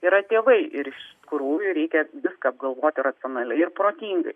yra tėvai ir iš tikrųjų reikia viską apgalvoti racionaliai ir protingai